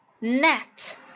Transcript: net